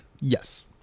yes